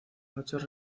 noches